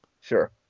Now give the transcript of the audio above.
sure